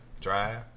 Drive